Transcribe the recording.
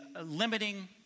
limiting